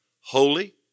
holy